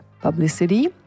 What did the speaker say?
publicity